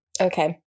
Okay